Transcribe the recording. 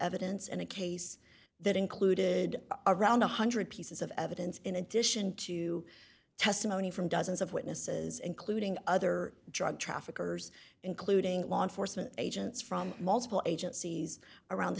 evidence and a case that included around one hundred dollars pieces of evidence in addition to testimony from dozens of witnesses including other drug traffickers including law enforcement agents from multiple agencies around the